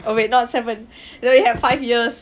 oh wait not seven then you had five years